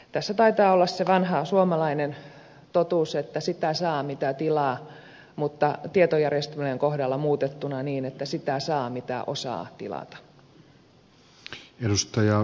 tässä taitaa olla se vanha suomalainen totuus että sitä saa mitä tilaa mutta tietojärjestelmien kohdalla muutettuna niin että sitä saa mitä osaa tilata